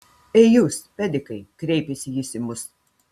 ei jūs pedikai kreipėsi jis į mus